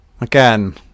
Again